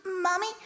Mommy